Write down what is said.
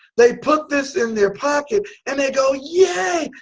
they put this in their pocket and they go yay,